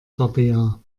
rabea